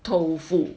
tofu